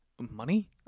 money